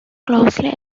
closely